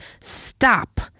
stop